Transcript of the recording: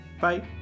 Bye